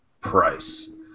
price